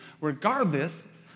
regardless